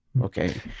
Okay